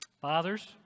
Fathers